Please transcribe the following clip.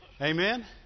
Amen